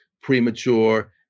premature